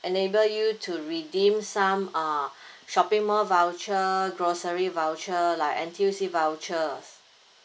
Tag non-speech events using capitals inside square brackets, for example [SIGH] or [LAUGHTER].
enable you to redeem some uh [BREATH] shopping mall voucher grocery voucher like N_T_U_C vouchers